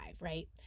right